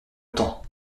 temps